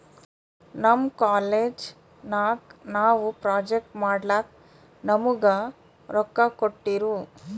ನಮ್ ಕಾಲೇಜ್ ನಾಗ್ ನಾವು ಪ್ರೊಜೆಕ್ಟ್ ಮಾಡ್ಲಕ್ ನಮುಗಾ ರೊಕ್ಕಾ ಕೋಟ್ಟಿರು